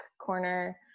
corner